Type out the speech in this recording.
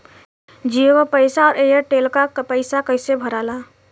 जीओ का पैसा और एयर तेलका पैसा कैसे भराला?